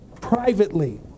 privately